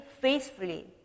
faithfully